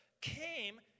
came